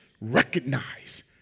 recognize